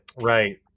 right